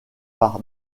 par